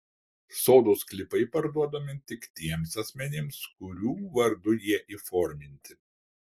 sodų sklypai parduodami tik tiems asmenims kurių vardu jie įforminti